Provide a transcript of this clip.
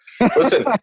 Listen